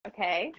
Okay